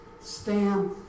Stand